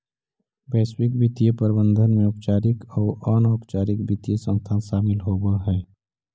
वैश्विक वित्तीय प्रबंधन में औपचारिक आउ अनौपचारिक वित्तीय संस्थान शामिल होवऽ हई